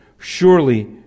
surely